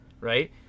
right